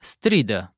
Strida